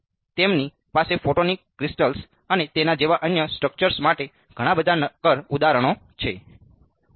અને તેમની પાસે ફોટોનિક ક્રિસ્ટલ્સ અને તેના જેવા અન્ય સ્ટ્રક્ચર્સ માટે ઘણા બધા નક્કર ઉદાહરણો છે અને તેને Linux મશીન પર ચલાવવાનું સૌથી સરળ છે